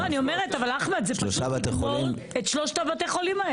זה פשוט לגמור אתכם.